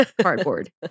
cardboard